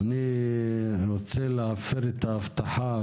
אני רוצה להפר את ההבטחה